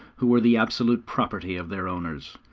who were the absolute property of their owners.